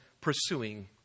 pursuing